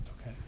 Okay